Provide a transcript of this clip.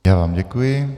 Já vám děkuji.